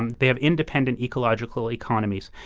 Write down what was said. and they have independent ecological economies.